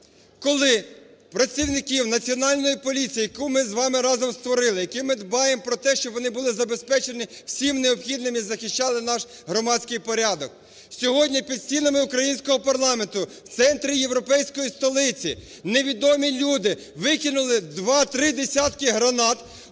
коли працівників Національної поліції, яку ми з вами разом створили, яку ми з вами дбаємо про те, щоб вони були забезпечені всім необхідним і захищали наш громадський порядок, сьогодні під стінами українського парламенту в центрі європейської столиці невідомі люди викинули 2-3 десятки гранат